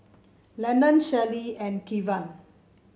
Lenon Shelly and Kevan